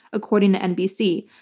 according to nbc.